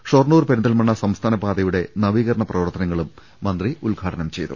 ഷൊർ ണൂർ പെരിന്തൽമണ്ണ സംസ്ഥാന പാതയുടെ നവീകരണ പ്രവർ ത്തനങ്ങളും മന്ത്രി ഉദ്ഘാടനം ചെയ്തു